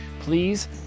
Please